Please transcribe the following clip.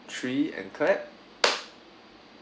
three and clap